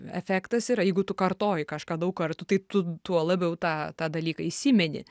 efektas yra jeigu tu kartoji kažką daug kartų tai tu tuo labiau tą tą dalyką įsimeni